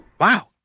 Wow